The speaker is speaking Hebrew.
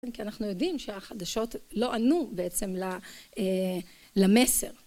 כי אנחנו יודעים שהחדשות לא ענו בעצם ל, אה, למסר.